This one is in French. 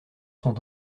sont